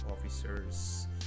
officers